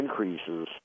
increases